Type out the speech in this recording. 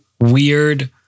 weird